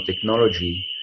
technology